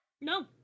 No